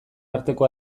arteko